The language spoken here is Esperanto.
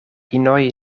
inoj